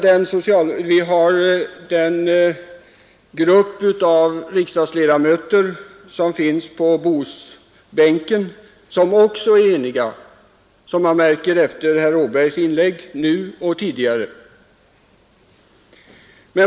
Den grupp av riksdagsledamöter som återfinns på Bohusbänken är också enig, som man märker efter herr Abergs inlägg nu och tidigare.